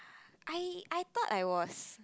I I thought I was